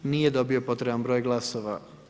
Nije dobio potreban broj glasova.